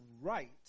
right